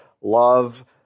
love